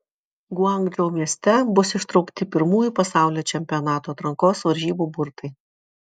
guangdžou mieste bus ištraukti pirmųjų pasaulio čempionato atrankos varžybų burtai